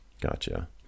Gotcha